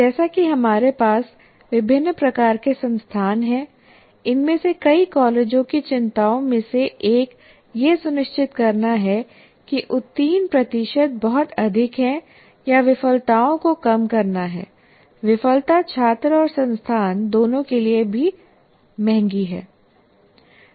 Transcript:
जैसा कि हमारे पास विभिन्न प्रकार के संस्थान हैं इनमें से कई कॉलेजों की चिंताओं में से एक यह सुनिश्चित करना है कि उत्तीर्ण प्रतिशत बहुत अधिक हैं या विफलताओं को कम करना है विफलता छात्र और संस्थान दोनों के लिए भी महंगी है